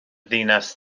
ddinas